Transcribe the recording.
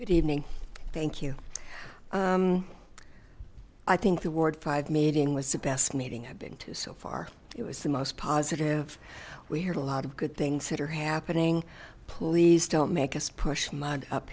good evening thank you i think the ward five meeting was the best meeting i've been to so far it was the most positive we heard a lot of good things that are happening please don't make us push mud up